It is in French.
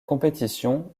compétition